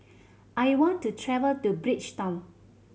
I want to travel to Bridgetown